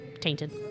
tainted